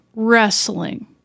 Wrestling